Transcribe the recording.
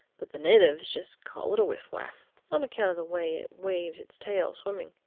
but the natives just call it a wiff-waff on account of the way it waves its tail, swimming,